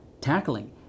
tackling